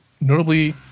notably